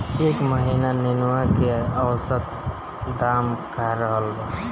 एह महीना नेनुआ के औसत दाम का रहल बा?